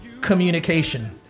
communication